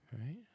right